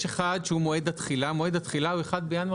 יש אחד שהוא מועד התחילה מועד התחילה הוא 1 בינואר